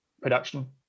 production